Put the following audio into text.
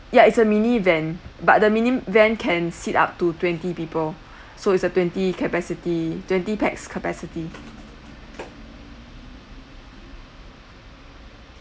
ya it's a mini van but the mini van can sit up to twenty people so it's a twenty capacity twenty pax capacity